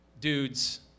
dudes